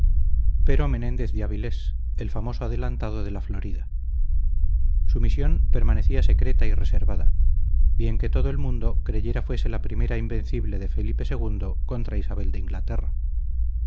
pero menéndez de avilés el famoso adelantado de la florida su misión permanecía secreta y reservada bien que todo el mundo creyera fuese la primera invencible de felipe ii contra isabel de inglaterra